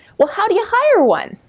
well, how do you hire one?